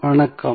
வணக்கம்